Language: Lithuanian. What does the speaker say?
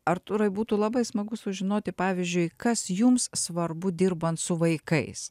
artūrai būtų labai smagu sužinoti pavyzdžiui kas jums svarbu dirbant su vaikais